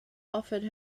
offered